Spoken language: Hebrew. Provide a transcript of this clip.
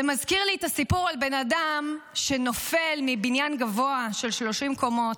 זה מזכיר לי את הסיפור על בן אדם שנופל מבניין גבוה של 30 קומות,